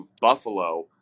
Buffalo